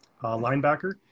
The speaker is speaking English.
linebacker